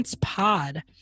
Pod